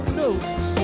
notes